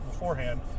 beforehand